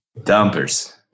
dumpers